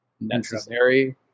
necessary